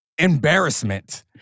embarrassment